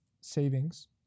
savings